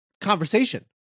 conversation